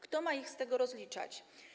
Kto ma ich z tego rozliczać?